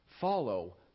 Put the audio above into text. Follow